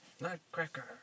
nutcracker